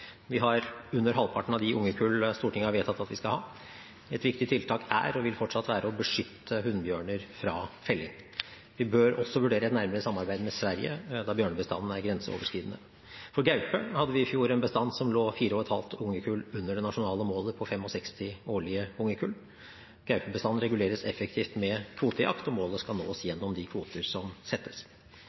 Vi har under halvparten av de ungekull Stortinget har vedtatt at vi skal ha. Et viktig tiltak er og vil fortsatt være å beskytte hunnbjørner fra felling. Vi bør også vurdere et nærmere samarbeid med Sverige, da bjørnebestanden er grenseoverskridende. For gaupe hadde vi i fjor en bestand som lå 4,5 ungekull under det nasjonale målet på 65 årlige ungekull. Gaupebestanden reguleres effektivt med kvotejakt, og målet skal nås gjennom de kvoter som settes.